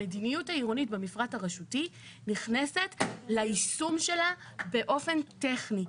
המדיניות העירונית במפרט הרשותי נכנסת ליישום שלה באופן טכני,